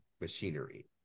machinery